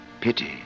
Pity